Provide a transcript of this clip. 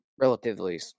relatively